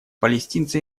палестинцы